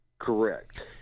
correct